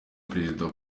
perezida